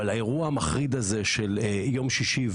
אבל האירוע המחריד הזה של יום שישי,